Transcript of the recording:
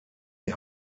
die